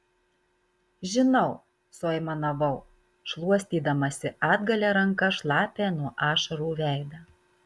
žinau suaimanavau šluostydamasi atgalia ranka šlapią nuo ašarų veidą